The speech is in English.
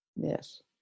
Yes